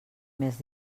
més